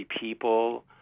people